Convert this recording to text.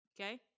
Okay